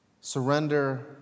Surrender